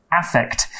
affect